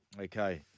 Okay